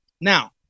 Now